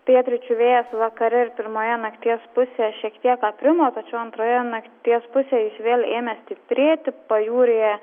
pietryčių vėjas vakare ir pirmoje nakties pusėje šiek tiek aprimo tačiau antroje nakties pusėje jis vėl ėmė stiprėti pajūryje